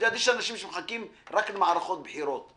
יש אנשים שמחכים רק למערכות בחירות.